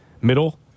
middle